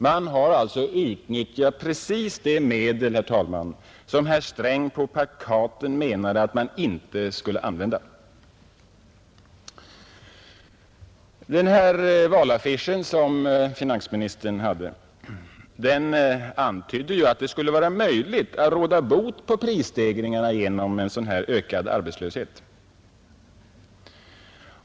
Man har alltså utnyttjat precis det medel, herr talman, som herr Sträng på plakaten menade, att man inte skulle använda. Herr Strängs valaffisch antydde att det skulle vara möjligt att råda bot på prisstegringarna genom en sådan här ökad arbetslöshet.